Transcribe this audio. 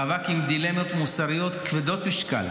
מאבק עם דילמות מוסריות כבדות משקל: